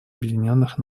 объединенных